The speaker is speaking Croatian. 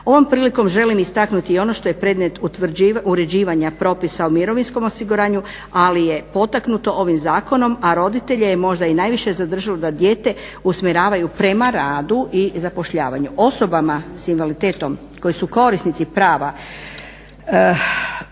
Ovom prilikom želim istaknuti i ono što je predmet uređivanja propisa o mirovinskom osiguranju ali je potaknuto ovim zakonom a roditelje je možda i najviše zadržalo da dijete usmjeravaju prema radu i zapošljavanju. Osobama s invaliditetom koje su korisnici prava